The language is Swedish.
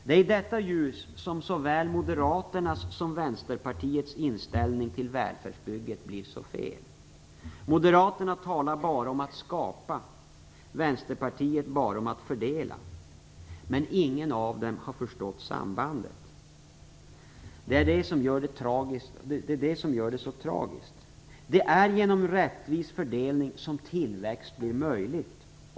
Det är i detta ljus som såväl Moderaternas som Vänsterpartiets inställning till välfärdsbygget blir så fel. Moderaterna talar bara om att skapa, Vänsterpartiet bara om att fördela. Men ingen av dem har förstått sambandet. Det är detta som gör det så tragiskt. Det är genom rättvis fördelning som tillväxt blir möjligt.